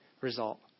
result